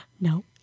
No